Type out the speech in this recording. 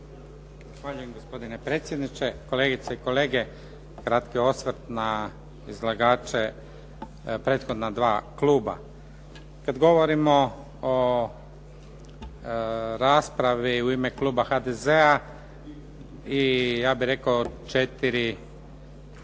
Zahvaljujem gospodine predsjedniče, kolegice i kolege, kratki osvrt na izlagače prethodna dva kluba. Kad govorimo o raspravi u ime kluba HDZ-a i ja bih rekao četiri